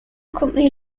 company